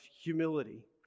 humility